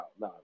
No